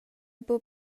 buca